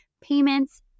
payments